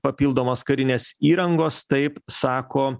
papildomos karinės įrangos taip sako